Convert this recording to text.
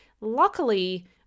luckily